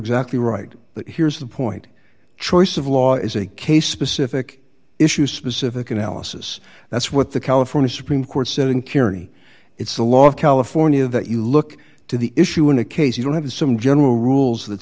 exactly right but here's the point choice of law is a case specific issue specific analysis that's what the california supreme court said in cary it's the law of california that you look to the issue in a case you don't have some general rules that